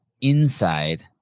inside